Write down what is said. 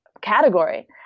category